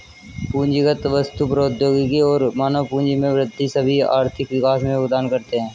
पूंजीगत वस्तु, प्रौद्योगिकी और मानव पूंजी में वृद्धि सभी आर्थिक विकास में योगदान करते है